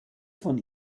von